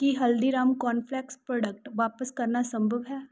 ਕੀ Haldiram cornflakes product ਵਾਪਸ ਕਰਨਾ ਸੰਭਵ ਹੈ